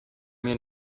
mir